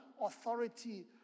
authority